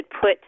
put